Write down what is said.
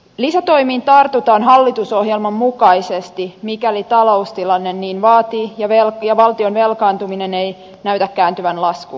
lisätoimiin tartutaan hallitusohjelman mukaisesti mikäli taloustilanne niin vaatii ja valtion velkaantuminen ei näytä kääntyvän laskuun